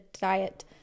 diet